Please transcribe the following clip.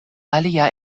alia